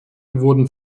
wurden